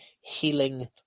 healing